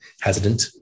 hesitant